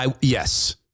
Yes